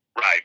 Right